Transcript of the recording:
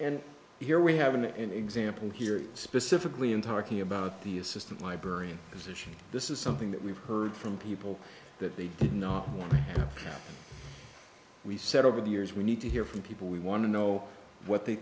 and here we have in an example here specifically in talking about the assistant librarian position this is something that we've heard from people that they did not want we said over the years we need to hear from people we want to know what they